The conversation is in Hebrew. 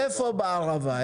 איפה אתה בערבה?